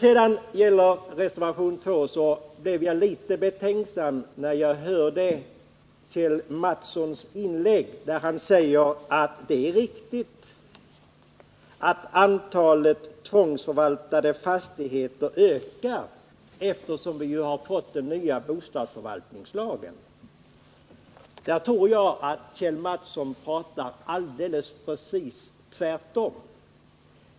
Jag blev litet betänksam när Kjell Mattsson sade att det är riktigt att antalet tvångsförvaltade fastigheter ökar, eftersom vi har fått den nya bostadsförvaltningslagen. Jag tror att det är precis tvärtom.